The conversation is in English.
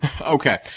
Okay